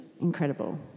incredible